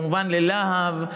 ללהב,